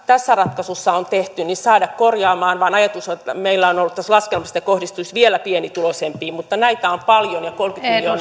tässä ratkaisussa on tehty saada korjattua vaan ajatus meillä on ollut tässä laskelmassa että tämä kohdistuisi vielä pienituloisempiin mutta näitä on paljon ja kolmekymmentä miljoonaa ei